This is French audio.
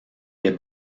des